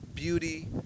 beauty